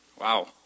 Wow